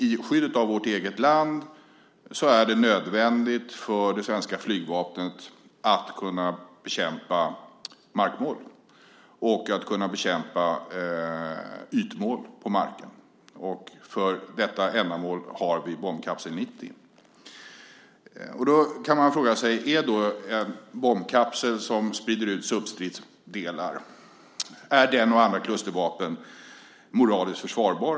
I skyddet av vårt eget land är det nödvändigt för det svenska flygvapnet att kunna bekämpa markmål och att kunna bekämpa ytmål på marken, och för detta ändamål har vi bombkapsel 90. Då kan man fråga sig: Är då en bombkapsel som sprider ut substridsdelar och andra klustervapen moraliskt försvarbar?